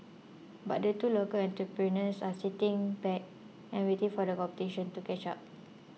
but the two local entrepreneurs are sitting back and waiting for the competition to catch up